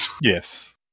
Yes